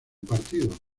partido